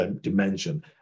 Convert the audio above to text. dimension